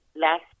last